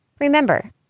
Remember